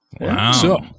Wow